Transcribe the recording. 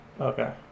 Okay